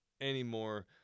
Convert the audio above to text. anymore